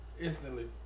instantly